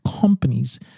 companies